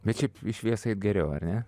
bet šiaip į šviesą eit geriau ar ne